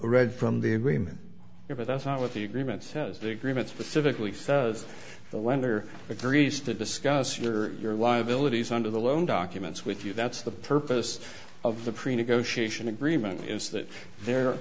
read from the agreement here but that's not what the agreement says the agreement specifically says the lender agrees to discuss are your liabilities under the loan documents with you that's the purpose of the pre negotiation agreement is that there